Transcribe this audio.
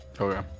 Okay